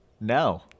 No